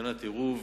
בהתקנת עירוב,